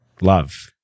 love